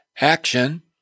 action